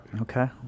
Okay